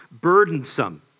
burdensome